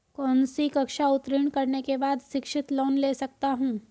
कौनसी कक्षा उत्तीर्ण करने के बाद शिक्षित लोंन ले सकता हूं?